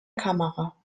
kamera